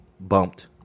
bumped